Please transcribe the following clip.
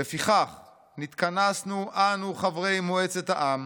"לפיכך נתכנסנו, אנו חברי מועצת העם,